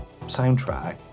soundtrack